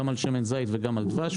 גם על שמן זית וגם על דבש,